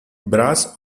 brass